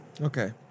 Okay